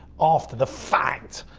after the fact,